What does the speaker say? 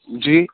جی